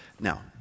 Now